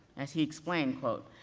as he explained, quote,